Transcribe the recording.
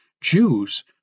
Jews